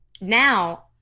Now